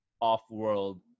off-world